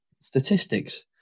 statistics